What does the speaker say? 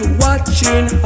watching